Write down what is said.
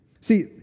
See